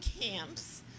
camps